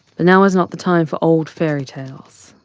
but now is not the time for old fairy tales.